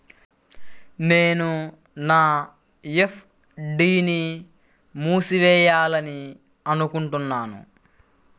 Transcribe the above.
నేను నా ఎఫ్.డీ ని మూసివేయాలనుకుంటున్నాను